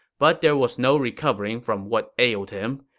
but there was no recovering from what ailed him.